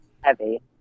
heavy